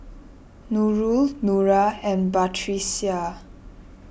Nurul Nura and Batrisya